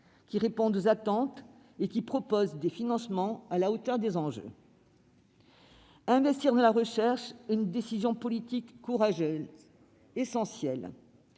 qui réponde aux attentes et prévoie des financements à la hauteur des enjeux. Investir dans la recherche est une décision politique, courageuse, essentielle.